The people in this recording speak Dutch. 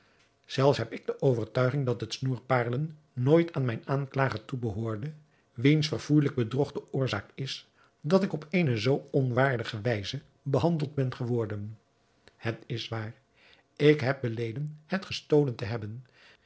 zelfs heb ik de overtuiging dat het snoer paarlen nooit aan mijn aanklager toebehoorde wiens verfoeijelijk bedrog de oorzaak is dat ik op eene zoo onwaardige wijze behandeld ben geworden het is waar ik heb beleden het gestolen te hebben